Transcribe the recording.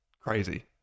crazy